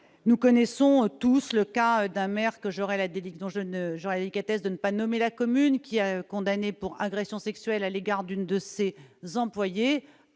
Nous connaissons tous le cas de ce maire, dont j'aurai la délicatesse de ne pas nommer la commune, qui, condamné pour agression sexuelle à l'égard de l'une de ses employés,